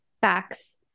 facts